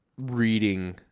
reading